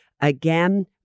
Again